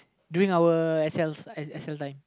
doing our excel excel